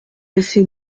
laisser